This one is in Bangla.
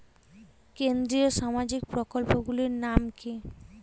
কেন্দ্রীয় সামাজিক প্রকল্পগুলি নাম কি কি?